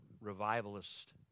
revivalist